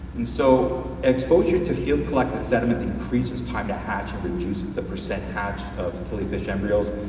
and so exposure to field collected sediments increases time-to-hatch and reduces the percent hatch killifish embryos.